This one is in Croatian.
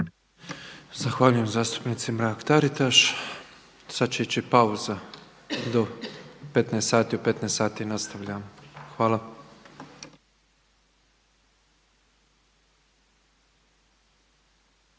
Zahvaljujem zastupnici Mrak-Taritaš. Sad će ići pauza do 15 sati. U 15 sati nastavljamo. Hvala.